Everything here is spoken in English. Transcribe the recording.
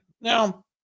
Now